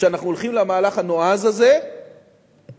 שאנחנו הולכים למהלך הנועז הזה בזהירות